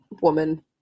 woman